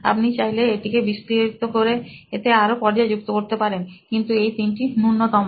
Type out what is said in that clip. আপনি চাইলে এটিকে বিস্তারিত করে এতে আরো পর্যায় যুক্ত করতে পারেন কিন্তু এই তিনটি নূন্যতম